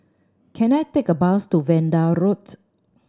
can I take a bus to Vanda Road